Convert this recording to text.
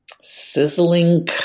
Sizzling